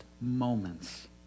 moments